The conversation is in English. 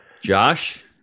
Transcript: Josh